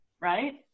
right